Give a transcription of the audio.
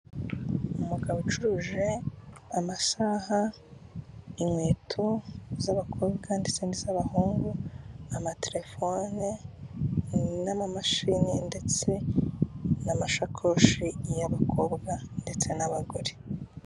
Umugabo ucuruje amasaha, inkweto z'abakobwa ndetse n'iz'abahungu, amatelefone n'amamashini, ndetse n'amashakoshi y'abakobwa, ndetse n'abagore.